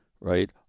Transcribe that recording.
right